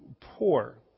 poor